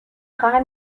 خواهم